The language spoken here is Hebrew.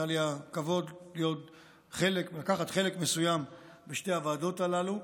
היה לי הכבוד לקחת חלק מסוים בשתי הוועדות הללו.